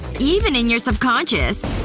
even in your subconscious.